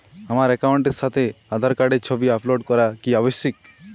আমার অ্যাকাউন্টের সাথে আধার কার্ডের ছবি আপলোড করা কি আবশ্যিক?